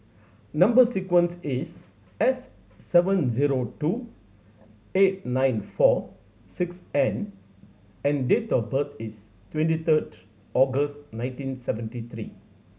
number sequence is S seven zero two eight nine four six N and date of birth is twenty third August nineteen seventy three